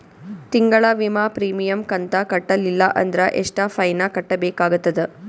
ತಿಂಗಳ ವಿಮಾ ಪ್ರೀಮಿಯಂ ಕಂತ ಕಟ್ಟಲಿಲ್ಲ ಅಂದ್ರ ಎಷ್ಟ ಫೈನ ಕಟ್ಟಬೇಕಾಗತದ?